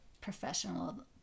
professional